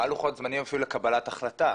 מה הלוחות זמנים אפילו לקבלת החלטה?